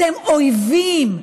אתם אויבים,